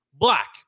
black